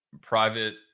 private